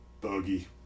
Bogey